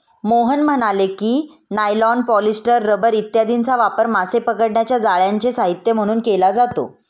मोहन म्हणाले की, nylon, polyester, rubber इत्यादींचा वापर मासे पकडण्याच्या जाळ्यांचे साहित्य म्हणून केला जातो